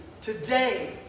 Today